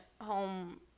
home